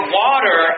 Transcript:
water